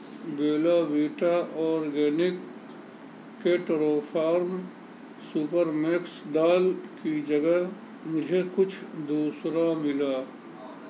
بیلا Vita organic کے true farm super mix دال کی جگہ مجھے کچھ دوسرا ملا